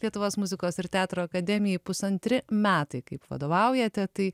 lietuvos muzikos ir teatro akademijai pusantri metai kaip vadovaujate tai